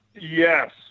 Yes